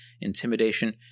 intimidation